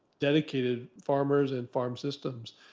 dedicated farmers and farm systems.